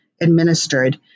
administered